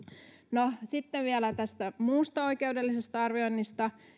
no sitten vielä tästä muusta oikeudellisesta arvioinnista